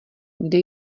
kde